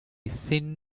thin